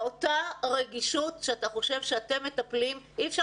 באותה רגישות שאתה חושב שאתם מטפלים אי אפשר